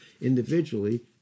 individually